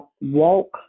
Walk